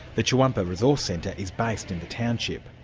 the tjuwumpa resource centre is based in the township.